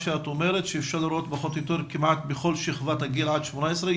את אומרת שאפשר לראות פחות או יותר כמעט בכל שכבת הגיל עד 18,